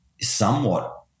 somewhat